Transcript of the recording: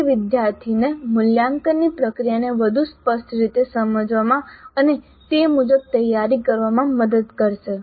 તે વિદ્યાર્થીને મૂલ્યાંકનની પ્રક્રિયાને વધુ સ્પષ્ટ રીતે સમજવામાં અને તે મુજબ તૈયારી કરવામાં મદદ કરશે